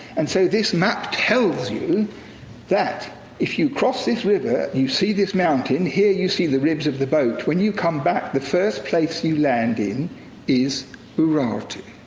and so this map tells you that if you cross this river, you see this mountain, here you see the ribs of the boat. when you come back, the first place you land in is urartu.